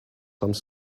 some